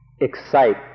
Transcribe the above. excite